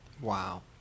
Wow